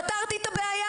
פתרתי את הבעיה?